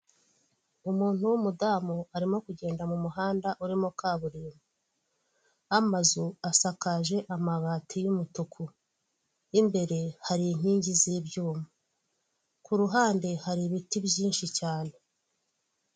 Umuntu w'umudamu arimo kugenda mu muhanda urimo kaburimbo, amazu asakaje amabati y'umutuku, imbere hari inkingi z'ibyuma ku ruhande hari ibiti byinshi cyane.